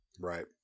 right